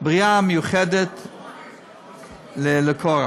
בריאה מיוחדת לקורח?